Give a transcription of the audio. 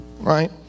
Right